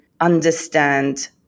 understand